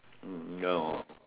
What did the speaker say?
mm no